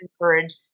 encourage